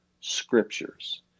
scriptures